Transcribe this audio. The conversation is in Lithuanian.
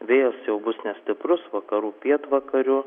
vėjas jau bus nestiprus vakarų pietvakarių